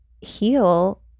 heal